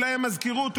אולי המזכירות,